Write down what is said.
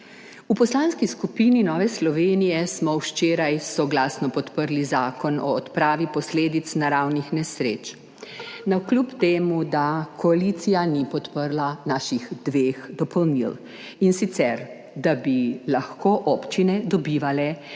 V Poslanski skupini Nove Slovenije smo včeraj soglasno podprli Zakon o odpravi posledic naravnih nesreč, navkljub temu da koalicija ni podprla naših dveh dopolnil, in sicer da bi lahko občine dobivale